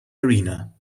arena